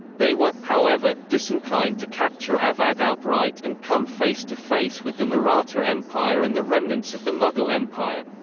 they were, however, disinclined to capture awadh outright and come face to face with the maratha empire and the remnants of the mughal empire.